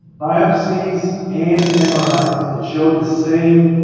biopsies and mris that show the same